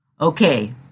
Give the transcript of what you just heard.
Okay